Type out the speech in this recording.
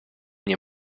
nie